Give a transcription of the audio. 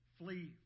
flee